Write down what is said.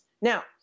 Now